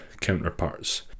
counterparts